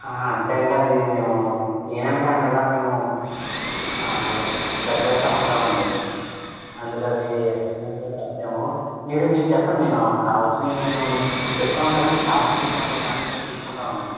అంటే అండి అది మేము ఏ నెలకి నెల మేము సర్దేస్తూ ఉంటాం అండి అందుకు అవి ఎక్కడున్నాయో కూడా చెప్పలేము మీరు మీవి చెప్పండి నేను కావాల్సినవి నేను చెప్తా ఉంటాను మీకు కావాల్సినవి కొన్ని దాంట్లో తీసుకుంటా ఉండండి